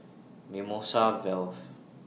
Mimosa Vale